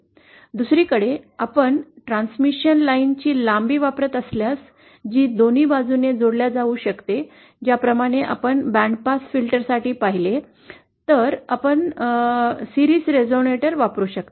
दुसरीकडे आपण ट्रान्समिशन लाइनची लांबी वापरत असल्यास जी दोन्ही बाजूंनी जोडल्या जाऊ शकते ज्याप्रमाणे आपण बँड पास फिल्टरसाठी पाहिले तर आपण मालिका रेझोनेटर वापरू शकता